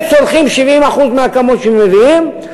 הם צורכים 70% מהכמות שמביאים,